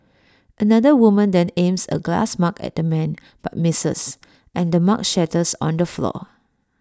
another woman then aims A glass mug at the man but misses and the mug shatters on the floor